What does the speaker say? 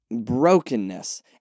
brokenness